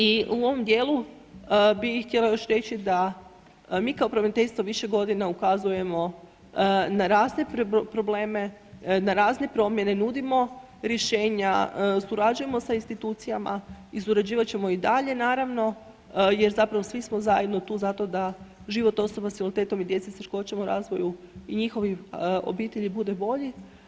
I u ovom dijelu bi htjela još reći da mi kao pravobraniteljstvo više godina ukazujemo na razne probleme, na razne promjene, nudimo rješenja, surađujemo sa institucijama i surađivat ćemo i dalje naravno jer zapravo svi smo zajedno tu zato da život osoba s invaliditetom i djece s teškoćama u razvoju i njihovim obitelji, bude bolji.